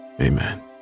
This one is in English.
Amen